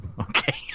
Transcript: Okay